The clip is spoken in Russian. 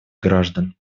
граждан